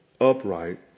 upright